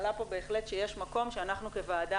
עלה פה בהחלט שיש מקום שאנחנו כוועדה